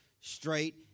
straight